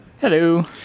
Hello